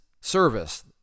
service